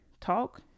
talk